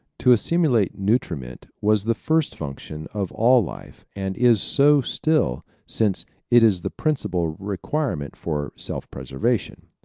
to assimilate nutriment was the first function of all life and is so still, since it is the principal requirement for self-preservation.